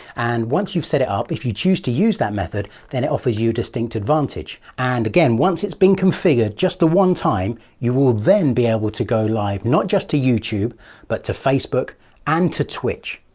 and once you've set it up, if you choose to use that method, then it offers you a distinct advantage. and again, once it's been configured, just the one time, you will then be able to go live not just to youtube but to facebook and to twitch.